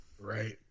Right